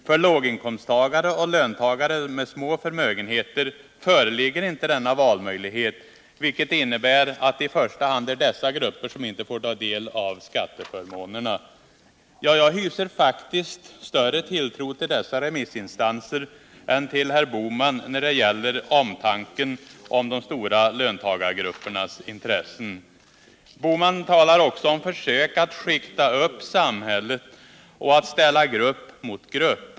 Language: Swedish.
För låginkomsttagare och löntagare med små förmögenheter föreligger inte denna valmöjlighet, vilket innebär att det i första hand är dessa grupper som inte får del av skatteförmånerna.” Jag hyser faktiskt större tilltro till dessa remissinstanser än till herr Bohman när det gäller omtanken om de stora löntagargruppernas intressen. | Gösta Bohman talar också om försök att skikta upp samhället och ställa grupp mot grupp.